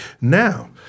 Now